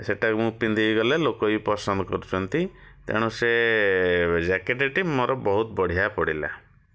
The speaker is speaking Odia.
ସେଇଟା ମୁଁ ପିନ୍ଧିକି ଗଲେ ଲୋକ ବି ପସନ୍ଦ କରୁଛନ୍ତି ତେଣୁ ସେ ଜ୍ୟାକେଟ୍ଟି ମୋର ବହୁତ ବଢ଼ିଆ ପଡ଼ିଲା